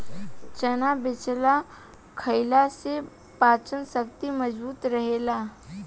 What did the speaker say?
चना चबेना खईला से पाचन शक्ति मजबूत रहेला